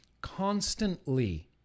constantly